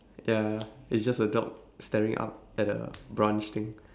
ya it's just a dog staring up at the branch thing